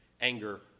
anger